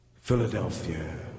Philadelphia